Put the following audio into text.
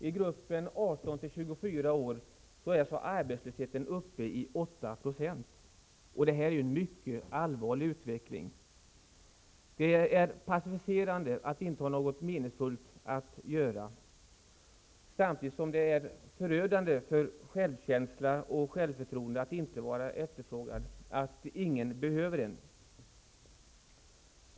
I gruppen ungdomar mellan 18 och 24 år är arbetslösheten uppe i 8 %. Detta är en mycket allvarlig utveckling. Det är passiviserande att inte ha något meningsfullt att göra samtidigt som det är förödande för självkänslan och självförtroendet att inte vara efterfrågad, att ingen behöver en.